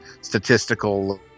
statistical